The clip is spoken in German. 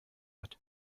hat